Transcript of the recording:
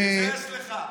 תתביישו לכם.